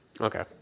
Okay